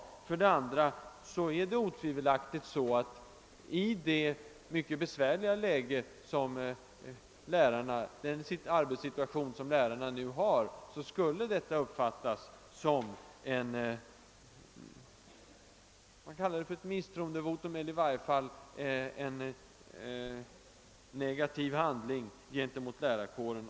För det andra: Det är otvivelaktigt så att i den mycket allvarliga arbetssituation som nu föreligger för lärarna skulle ett avskaffande av fackrepresentationen uppfattas som ett misstroendevotum eller i varje fall som en »ovänlig handling» mot lärarkåren.